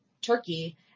turkey